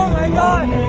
god,